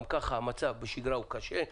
גם ככה המצב בשגרה הוא קשה,